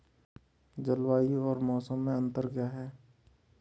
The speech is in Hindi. जलवायु और मौसम में अंतर क्या है?